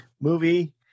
movie